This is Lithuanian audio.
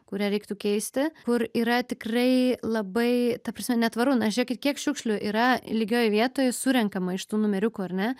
kurią reiktų keisti kur yra tikrai labai ta prasme netvaru na žiūrėkit kiek šiukšlių yra lygioj vietoj surenkama iš tų numeriukų ar ne